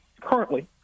currently